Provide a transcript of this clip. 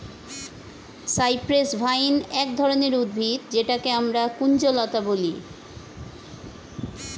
cypress vine এক ধরনের উদ্ভিদ যেটাকে আমরা কুঞ্জলতা বলি